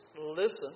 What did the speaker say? listen